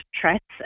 threats